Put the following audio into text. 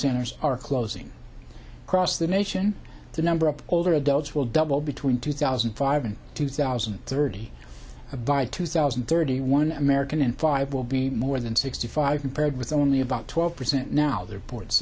centers are closing cross the nation the number of older adults will doubled between two thousand and five and two thousand and thirty a by two thousand and thirty one american in five will be more than sixty five compared with only about twelve percent now there port